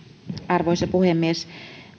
arvoisa puhemies